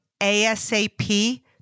ASAP